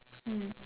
mm